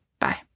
Bye